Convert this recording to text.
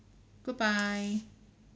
goodbye